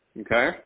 Okay